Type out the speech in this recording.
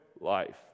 life